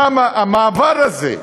למה המעבר הזה,